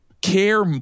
care